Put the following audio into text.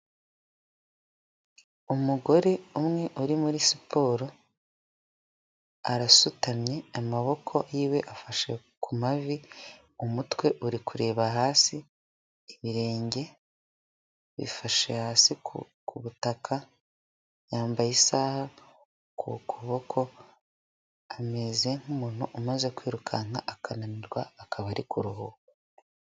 Umugore umwe uri muri siporo arasutamye amaboko y'iwe afashe ku mavi, umutwe uri kureba hasi, ibirenge bifashe hasi ku butaka, yambaye isaha ku kuboko ameze nk'umuntu umaze kwirukanka akananirwa akaba ari kuruhuka.